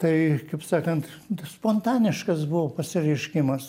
tai kaip sakant spontaniškas buvo pasireiškimas